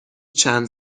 چند